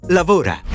lavora